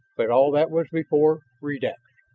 but all that was before redax.